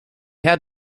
had